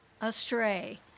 astray